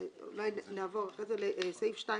סעיף 2